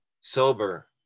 sober